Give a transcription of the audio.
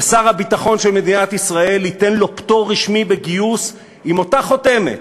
ושר הביטחון של מדינת ישראל ייתן לו פטור רשמי מגיוס עם אותה חותמת